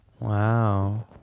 Wow